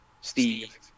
Steve